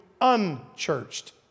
unchurched